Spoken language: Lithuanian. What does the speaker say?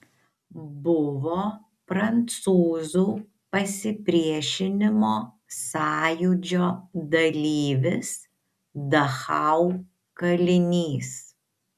buvo prancūzų pasipriešinimo sąjūdžio dalyvis dachau kalinys